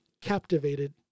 captivated